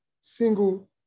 single